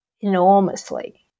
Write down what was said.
enormously